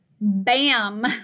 Bam